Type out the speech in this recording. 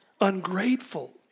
ungrateful